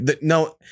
no